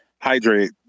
hydrate